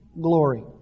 glory